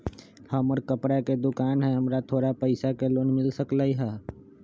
हमर कपड़ा के दुकान है हमरा थोड़ा पैसा के लोन मिल सकलई ह?